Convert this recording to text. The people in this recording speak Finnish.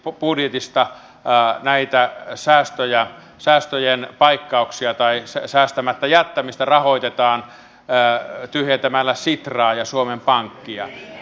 sosialidemokraattien vaihtoehtobudjetissa näitä säästöjen paikkauksia tai säästämättä jättämistä rahoitetaan tyhjentämällä sitraa ja suomen pankkia